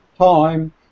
time